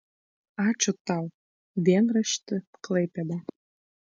ačiū tau dienrašti klaipėda